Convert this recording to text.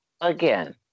again